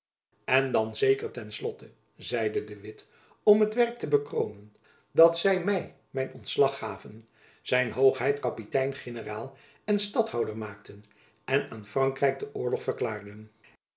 en dan zeker ten slotte zeide de witt om het werk te bekroonen dat zy my mijn ontslag gaven zijn hoogheid kapitein generaal en stadhouder maakten en aan frankrijk den oorlog verklaarden